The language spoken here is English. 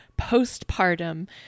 postpartum